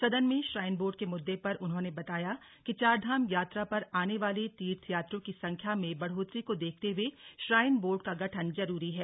सदन में shrine board के मुददे पर उन्होंने बताया कि चारधाम यात्रा पर आने वाले तीर्थयात्रियों की संख्या में बढ़ोतरी को देखते हुए श्राइन बोर्ड का गठन जरूरी है